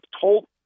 told